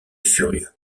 furieux